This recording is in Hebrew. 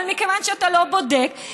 אבל מכיוון שאתה לא בודק,